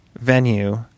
venue